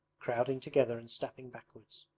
crowding together and stepping backwards.